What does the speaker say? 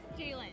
Jalen